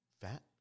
fat